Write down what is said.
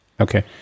Okay